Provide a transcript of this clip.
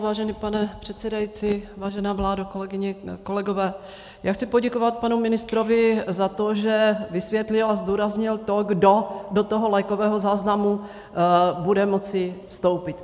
Vážený pane předsedající, vážená vládo, kolegyně, kolegové, já chci poděkovat panu ministrovi za to, že vysvětlil a zdůraznil, kdo do lékového záznamu bude moci vstoupit.